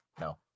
No